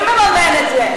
מי מממן את זה?